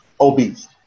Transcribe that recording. obese